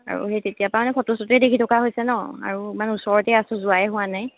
আৰু সেই তেতিয়াৰ পৰা ফটো চটোৱে দেখি থকা হৈছে ন আৰু ইমান ওচৰতে আছোঁ যোৱাই হোৱা নাই